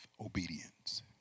obedience